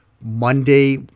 Monday